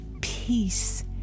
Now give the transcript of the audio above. Peace